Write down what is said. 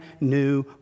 new